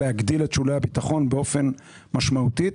להגדיל את שולי הביטחון באופן משמעותי,